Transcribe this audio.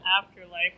afterlife